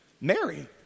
Mary